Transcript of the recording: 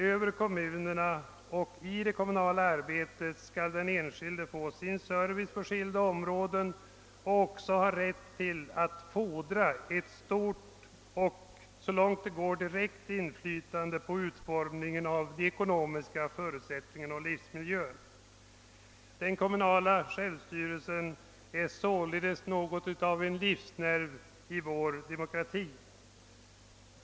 Över kommunerna och det kommunala arbetet skall den enskilde få sin service på skilda områden, och också ha rätt att fordra ett stort och så långt det går direkt inflytande på utformningen av de ekonomiska förutsättningarna och av livsmiljön. Den kommunala självstyrelsen är således något av en livsnerv i vår demokrati.